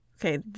Okay